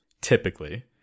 typically